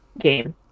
game